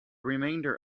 remainder